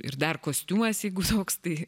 ir dar kostiumas jeigu toks tai